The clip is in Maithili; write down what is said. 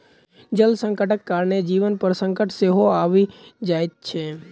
जल संकटक कारणेँ जीवन पर संकट सेहो आबि जाइत छै